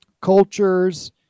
cultures